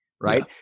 right